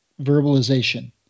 verbalization